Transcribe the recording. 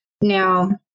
Now